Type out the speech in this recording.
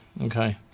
Okay